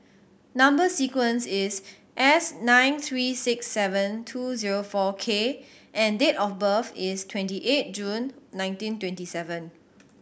number sequence is S nine three six seven two zero four K and date of birth is twenty eight June nineteen twenty seven